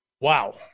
Wow